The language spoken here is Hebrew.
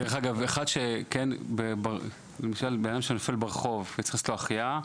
דרך אגב, אדם שנופל ברחוב וצריך לעשות לו החייאה,